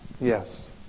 Yes